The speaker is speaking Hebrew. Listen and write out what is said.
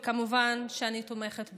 וכמובן אני תומכת בו.